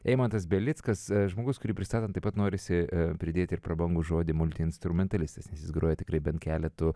eimantas belickas žmogus kurį pristatant taip pat norisi pridėti ir prabangų žodį multiinstrumentalistas nes jis groja tikrai bent keletu